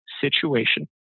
situation